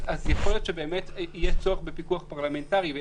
יכול להיות שבאמת יהיה צורך בפיקוח פרלמנטרי.